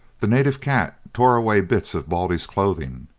the native cat tore away bits of baldy's clothing,